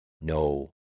no